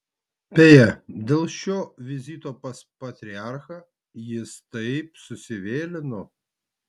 beje dėl šio vizito pas patriarchą jis taip susivėlino